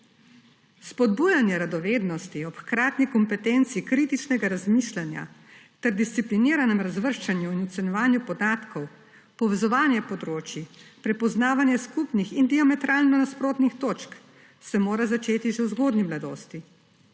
Spodbujanje radovednosti ob hkratni kompetenci kritičnega razmišljanja ter discipliniranem razvrščanju in ocenjevanju podatkov, povezovanje področij, prepoznavanje skupnih in diametralno nasprotnih točk se mora začeti že v zgodnji mladosti.